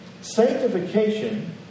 Sanctification